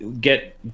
get